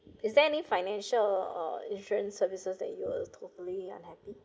is there any financial or insurance services that you're totally unhappy